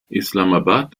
islamabad